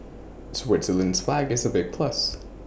Switzerland's flag is A big plus